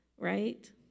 right